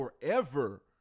forever